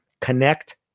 connect